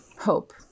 hope